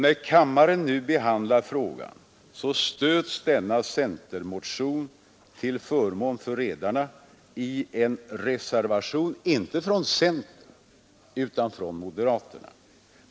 När kammaren nu behandlar frågan stöds denna centermotion till förmån för redarna i en reservation, inte från centern utan från moderaterna.